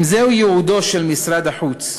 אם זהו ייעודו של משרד החוץ,